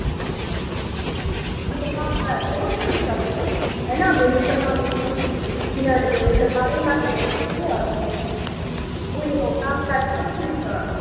अन्त काँक्राहरू चाहिँ कसरी छ दिदी होइन भेन्डी त नलिने हो किनभने भेन्डी त बाह्रैमासे हुन्छ कि हजुर उयो काँक्रा चाहिँ कसरी छ